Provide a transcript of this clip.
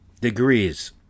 Degrees